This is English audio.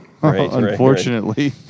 unfortunately